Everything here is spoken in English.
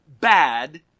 bad